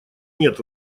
нет